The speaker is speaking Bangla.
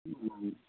হুম হুম হুম